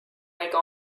kõige